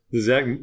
zach